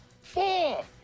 Four